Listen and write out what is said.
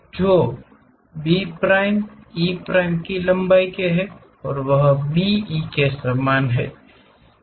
तो जो भी B प्राइमEप्राइम की लंबाई है वह B E के समान है